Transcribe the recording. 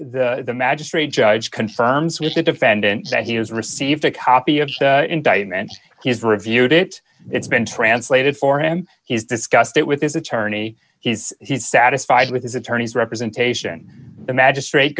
the the magistrate judge confirms with the defendant that he has received a copy of the indictment has reviewed it it's been translated for him he's discussed it with his attorney he's he's satisfied with his attorney's representation the magistra